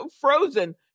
frozen